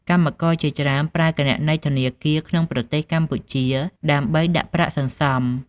កម្មករជាច្រើនប្រើគណនីធនាគារក្នុងប្រទេសកម្ពុជាដើម្បីដាក់ប្រាក់សន្សំ។